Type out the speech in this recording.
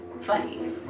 funny